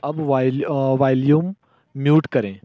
अब व्याल volume mute करें